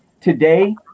today